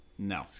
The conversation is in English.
No